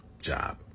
job